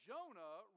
Jonah